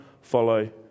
follow